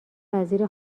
وزیر